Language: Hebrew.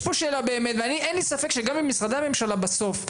יש פה שאלה באמת ואין לי ספק שגם במשרדי הממשלה בסוף,